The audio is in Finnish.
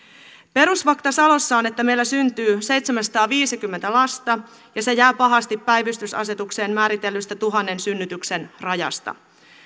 perusfakta salossa on että meillä syntyy seitsemänsataaviisikymmentä lasta ja se jää pahasti päivystysasetukseen määritellystä tuhannen synnytyksen rajasta